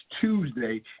Tuesday